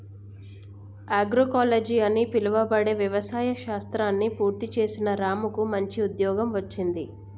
agroecology అని పిలువబడే వ్యవసాయ శాస్త్రాన్ని పూర్తి చేసిన రాముకు మంచి ఉద్యోగం వచ్చింది